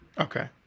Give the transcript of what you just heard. Okay